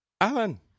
Alan